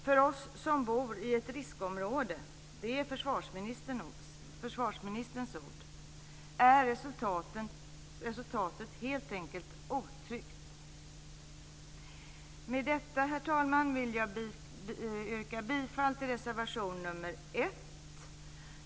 För oss som bor i ett riskområde, det är försvarsministerns ord, är resultatet helt enkelt otryggt. Med detta, herr talman, vill jag yrka bifall till reservation 1.